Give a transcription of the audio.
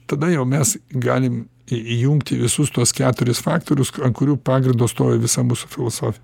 tada jau mes galim į įjungti visus tuos keturis faktorius ant kurių pagrindo stovi visa mūsų filosofija